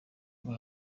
rwa